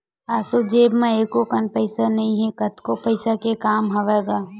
एसो जेब म एको कन पइसा नइ हे, कतको पइसा के काम हवय गा